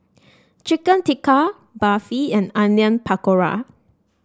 Chicken Tikka Barfi and Onion Pakora